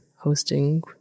hosting